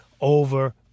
over